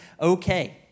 okay